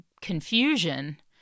confusion